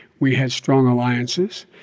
we had strong alliances.